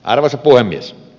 arvoisa puhemies